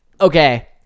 Okay